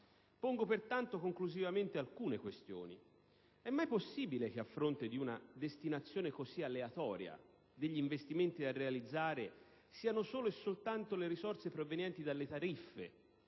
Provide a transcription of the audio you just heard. aeroportuali. In conclusione, pongo alcune questioni. È mai possibile che, a fronte di una destinazione così aleatoria degli investimenti da realizzare, siano solo e soltanto le risorse provenienti dalle tariffe